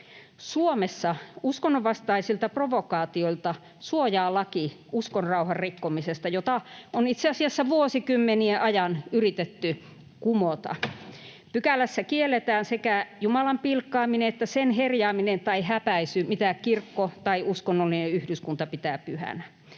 Suomessa uskonnonvastaisilta provokaatioilta suojaa laki uskonrauhan rikkomisesta, jota on itse asiassa vuosikymmenien ajan yritetty kumota. Pykälässä kielletään sekä Jumalan pilkkaaminen että sen herjaaminen tai häpäisy, mitä kirkko tai uskonnollinen yhdyskunta pitää pyhänä.